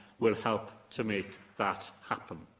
will help to make that happen.